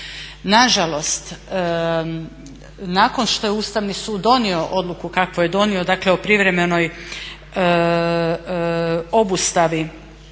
Nažalost, nakon što je Ustavni sud donio odluku kako je donio dakle